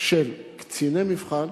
של קציני מבחן.